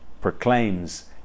proclaims